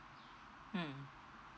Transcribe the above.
hmm